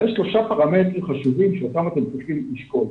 אבל יש שלושה פרמטרים חשובים שאותם אתם צריכים לשקול.